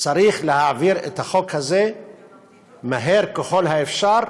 צריך להעביר את החוק הזה מהר ככל האפשר,